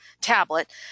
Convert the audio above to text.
tablet